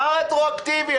מה רטרואקטיבית?